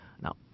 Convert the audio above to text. Now